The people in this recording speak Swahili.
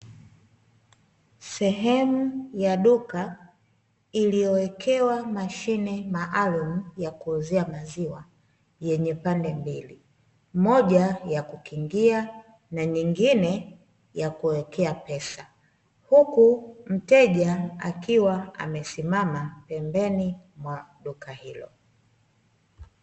Sehemu ya duka iliyowekewa mashine maalum ya kuuzia maziwa yenye pande mbili, moja ya kukingia na nyingine ya kuwekea pesa huku mteja akiwa amesimama pembeni mwa duka hilo.